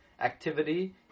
activity